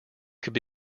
could